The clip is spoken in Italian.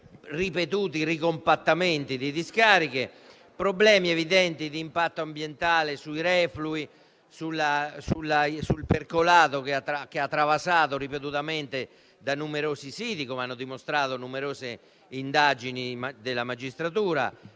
ripetuti ricompattamenti di discariche, problemi evidenti di impatto ambientale sui reflui, sul percolato che ha travasato ripetutamente da numerosi siti, come hanno dimostrato numerose indagini e provvedimenti della magistratura.